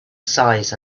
size